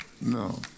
No